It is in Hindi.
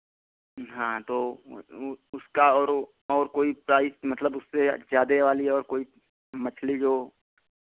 हाँ तो उसका और और कोई प्राइज़ मतलब उससे ज्यादे वाली और कोई मछली जो